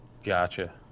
Gotcha